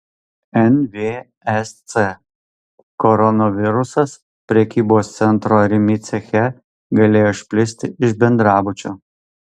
nvsc koronavirusas prekybos centro rimi ceche galėjo išplisti iš bendrabučio